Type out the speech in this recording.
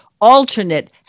alternate